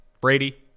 Brady